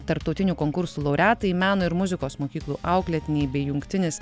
tarptautinių konkursų laureatai meno ir muzikos mokyklų auklėtiniai bei jungtinis